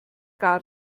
gar